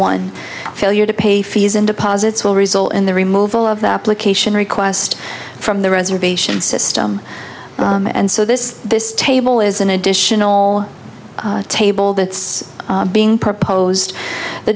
one failure to pay fees and deposits will result in the removal of the application request from the reservation system and so this this table is an additional table that's being proposed the